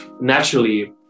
naturally